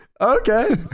Okay